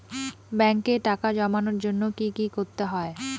ব্যাংকে টাকা জমানোর জন্য কি কি করতে হয়?